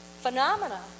Phenomena